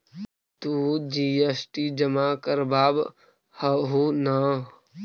तु जी.एस.टी जमा करवाब हहु न?